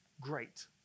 great